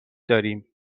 داریم